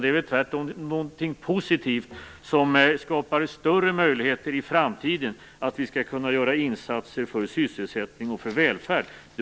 Det är ju tvärtom någonting positivt som skapar större möjligheter i framtiden för att vi skall kunna göra insatser för sysselsättning och för välfärd.